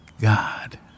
God